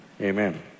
Amen